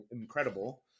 incredible